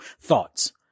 thoughts